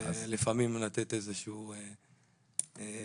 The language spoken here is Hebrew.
הייתי אצל עידן